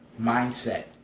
mindset